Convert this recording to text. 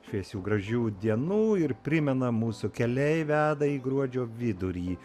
šviesių gražių dienų ir primenam mūsų keliai veda į gruodžio vidurį